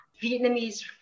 Vietnamese